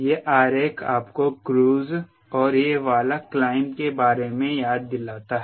यह आरेख आपको क्रूज और यह वाला क्लाइंब के बारे में याद दिलाता है